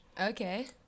Okay